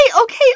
okay